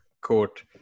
quote